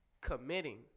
committing